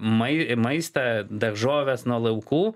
maistą daržoves nuo laukų